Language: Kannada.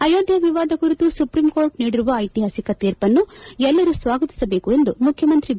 ಅಯೋಧ್ಯೆ ವಿವಾದ ಕುರಿತು ಸುಪ್ರೀಂ ಕೋರ್ಟ್ ನೀಡಿರುವ ಐತಿಹಾಸಿಕ ತೀರ್ಪನ್ನು ಎಲ್ಲರೂ ಸ್ವಾಗತಿಸಬೇಕು ಎಂದು ಮುಖ್ಯಮಂತ್ರಿ ಬಿ